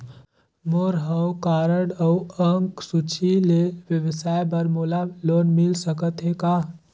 मोर हव कारड अउ अंक सूची ले व्यवसाय बर मोला लोन मिल सकत हे का?